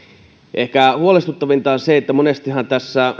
ehkä huolestuttavinta on se että monestihan